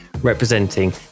representing